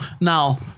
Now